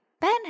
Ben